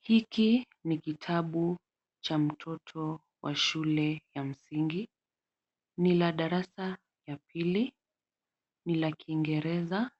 Hiki ni kitabu cha mtoto wa shule ya msingi. Ni la darasa ya pili. Ni la kiingereza.